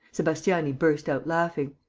sebastiani burst out laughing.